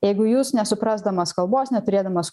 jeigu jūs nesuprasdamas kalbos neturėdamas